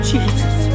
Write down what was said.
Jesus